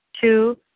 Two